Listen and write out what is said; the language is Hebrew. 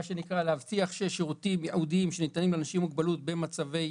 מה שנקרא "להבטיח שהשירותים הייעודיים שניתנים לאנשים עם מוגבלות במצבי